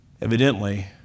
Evidently